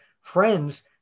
friends